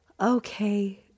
okay